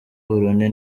burundi